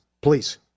Please